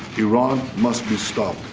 iran must be stopped.